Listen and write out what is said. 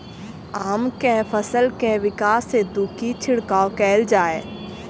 आम केँ फल केँ विकास हेतु की छिड़काव कैल जाए?